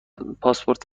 پاسپورت